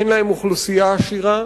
אין להן אוכלוסייה עשירה,